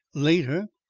later,